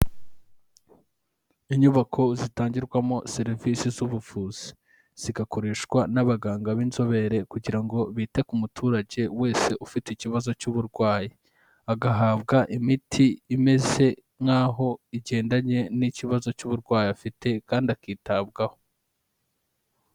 Inyubako zitangirwamo serivisi z'ubuvuzi zigakoreshwa n'abaganga b'inzobere kugira ngo bite ku muturage wese ufite ikibazo cy'uburwayi, agahabwa imiti imeze nkaho igendanye n'ikibazo cy'uburwayi afite kandi akitabwaho.